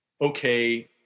okay